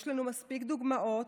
יש לנו מספיק דוגמאות,